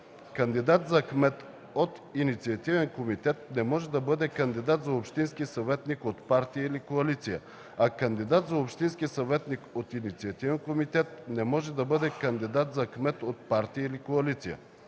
Кандидат за кмет от инициативен комитет не може да бъде кандидат за общински съветник от партия или коалиция, а кандидат за общински съветник от инициативен комитет не може да бъде кандидат за кмет от партия или коалиция.